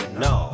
no